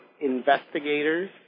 investigators